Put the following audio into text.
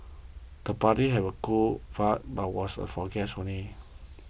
the party had a cool vibe but was a for guests only